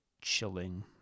chilling